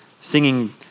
singing